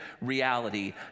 reality